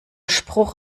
spruch